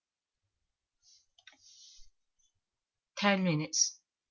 ten minutes